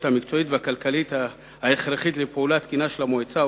המקצועית והכלכלית ההכרחית לפעולה תקינה של המועצה,